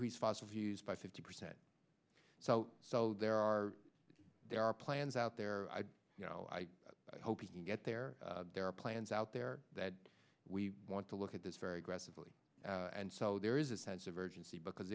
response of use by fifty percent so so there are there are plans out there you know i hope you can get there there are plans out there that we want to look at this very aggressively and so there is a sense of urgency because